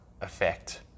effect